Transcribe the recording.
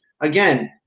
again